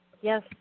Yes